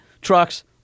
trucks